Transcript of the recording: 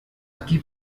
aquí